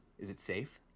is it safe?